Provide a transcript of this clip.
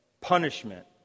punishment